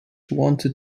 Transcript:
wanted